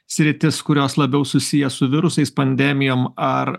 sritis kurios labiau susiję su virusais pandemijom ar